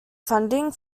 funding